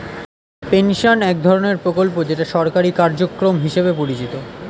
pension এক ধরনের প্রকল্প যেটা সরকারি কার্যক্রম হিসেবে পরিচিত